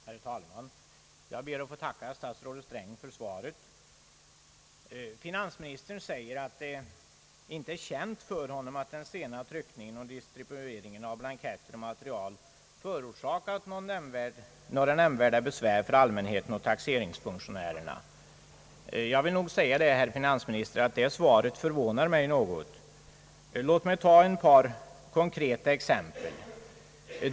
Herr talman! Jag ber att få tacka statsrådet Sträng för svaret. Finansministern säger att det inte är känt för honom att den sena tryckningen och distributionen av blanketter och material förorsakat några nämnvärda besvär för allmänheten och taxeringsfunktionärerna. Jag vill säga, herr finansminister, att detta svar förvånar mig något. Låt mig ta ett par konkreta exempel!